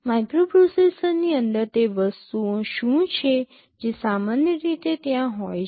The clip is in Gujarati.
માઇક્રોપ્રોસેસરની અંદર તે વસ્તુઓ શું છે જે સામાન્ય રીતે ત્યાં હોય છે